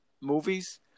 movies